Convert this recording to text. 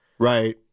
Right